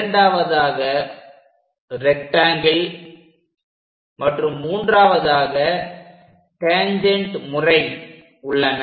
இரண்டாவதாக ரெக்டாங்கில் மற்றும் மூன்றாவதாக டேன்ஜெண்ட் முறை உள்ளன